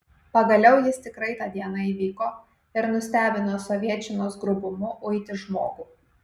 pagaliau jis tikrai tą dieną įvyko ir nustebino sovietčinos grubumu uiti žmogų